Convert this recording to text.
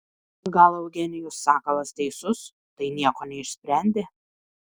gal eugenijus sakalas teisus tai nieko neišsprendė